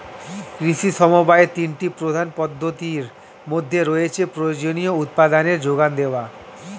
কৃষি সমবায়ের তিনটি প্রধান পদ্ধতির মধ্যে রয়েছে প্রয়োজনীয় উপাদানের জোগান দেওয়া